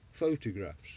photographs